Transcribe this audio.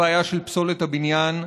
הבעיה של פסולת הבניין.